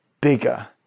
bigger